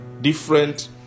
different